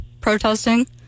protesting